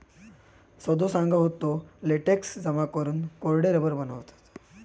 सदो सांगा होतो, लेटेक्स जमा करून कोरडे रबर बनवतत